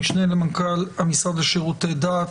המשנה למנכ"ל המשרד לשירותי דת,